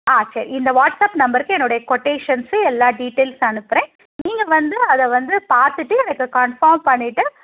ஆ சரி இந்த வாட்ஸப் நம்பருக்கு என்னோடைய கொட்டேஷன்ஸு எல்லா டீட்டைல்ஸ் அனுப்புகிறேன் நீங்கள் வந்து அதை வந்து பார்த்துட்டு எனக்கு கன்ஃபார்ம் பண்ணிவிட்டு